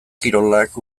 kirolak